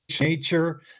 nature